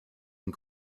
and